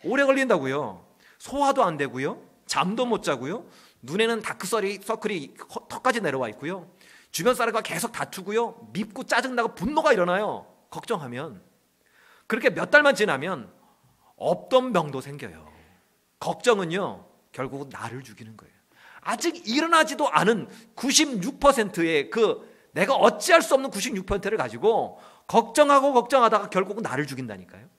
오래 걸린다고요. 소화도 안 되고요. 잠도 못 자고요. 눈에는 다크서리- 서클이 턱까지 내려와 있고요. 주변 사람과 계속 다투고요. 밉고 짜증나고 분노가 일어나요. 걱정하면. 그렇게 몇 달만 지나면 없던 병도 생겨요. 걱정은요, 결국은 나를 죽이는 거예요. 아직 일어나지도 않은 96%의 그 내가 어찌할 수 없는 96%를 가지고 걱정하고 걱정하다가 결국은 나를 죽인다니까요.